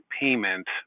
payment